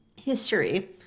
history